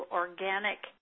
organic